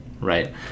Right